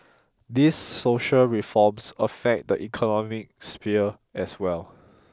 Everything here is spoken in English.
these social reforms affect the economic sphere as well